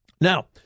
Now